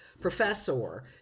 professor